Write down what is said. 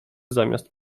zamiast